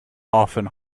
often